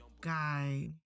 Guy